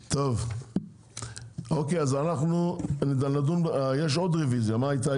טוב אוקיי אז יש עוד רביזיה, מה איתה?